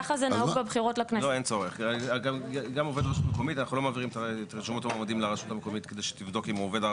וכנראה 31(א) לגבי הצבעה של מוגבלים בניידות ואוכלוסיות מיוחדות.